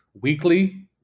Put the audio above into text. weekly